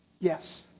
Yes